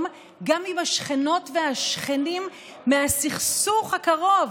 גם עם השכנות והשכנים מהסכסוך הקרוב,